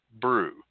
brew